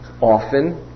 Often